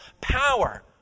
power